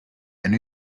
and